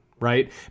right